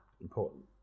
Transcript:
important